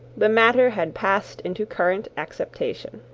the matter had passed into current acceptation.